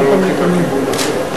למה לא הולכים לכיוון הזה?